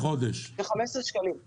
כ-15 שקלים לחודש.